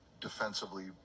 defensively